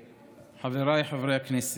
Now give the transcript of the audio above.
חבריי חברי הכנסת,